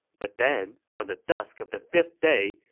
but then, on the dusk of the fifth day,